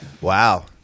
Wow